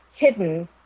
hidden